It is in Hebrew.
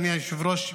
אדוני היושב-ראש,